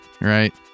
right